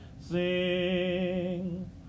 sing